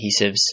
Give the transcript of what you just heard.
adhesives